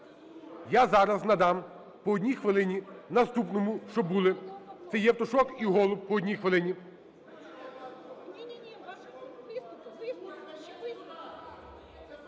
Я зараз надам по одній хвилині наступним, що були, - це Євтушок і Голуб. По одній хвилині.